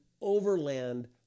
overland